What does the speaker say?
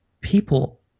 People